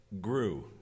grew